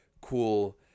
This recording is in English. cool